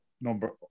number